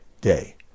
day